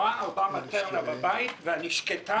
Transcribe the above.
רואה ארבעה מטרנה בבית ואני שקטה,